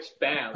Bam